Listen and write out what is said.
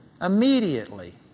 Immediately